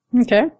Okay